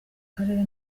karere